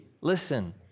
listen